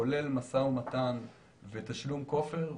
כולל משא-ומתן ותשלום כופר,